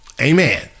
amen